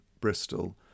Bristol